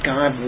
God